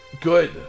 good